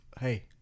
hey